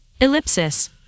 ellipsis